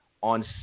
on